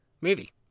movie